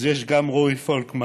אז יש גם את רועי פולקמן,